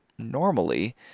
normally